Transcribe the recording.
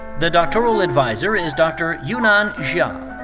the doctoral adviser is dr. yu-man zhang.